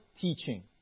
teaching